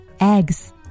eggs